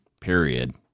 period